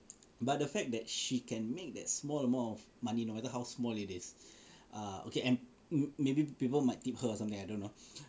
but the fact that she can make that small amount of money no matter how small it is ah okay and maybe people might tip her or something I don't know